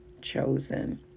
chosen